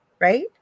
Right